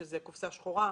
על כך שזו קופסא שחורה,